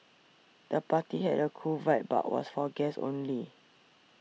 the party had a cool vibe but was for guests only